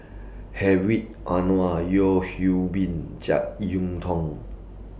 Hedwig Anuar Yeo Hwee Bin Jek Yeun Thong